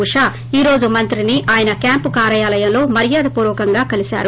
ఉష ఈ రోజు మంత్రిని ఆయన క్యాంపు కార్యాలయంలో మర్యాదపూర్వకంగా కలిశారు